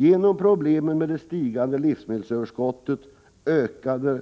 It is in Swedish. Genom problemen med det stigande livsmedelsöverskottet, ökade